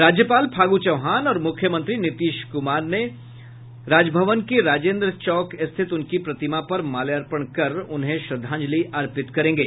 राज्यपाल फागू चौहान और मुख्यमंत्री नीतीश कुमार पटना के राजभवन के राजेन्द्र चौक पर स्थित उनकी प्रतिमा पर माल्यार्पण कर उन्हे श्रद्धांजलि अर्पित करेंगे